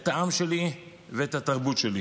את העם שלי ואת התרבות שלי.